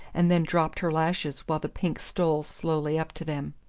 and then dropped her lashes while the pink stole slowly up to them.